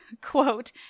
Quote